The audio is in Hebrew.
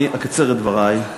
אני אקצר את דברי.